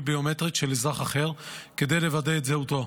ביומטרית של אזרח אחר כדי לוודא את זהותו.